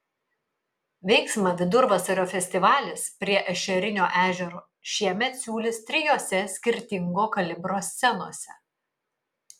veiksmą vidurvasario festivalis prie ešerinio ežero šiemet siūlys trijose skirtingo kalibro scenose